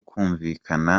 kumvikana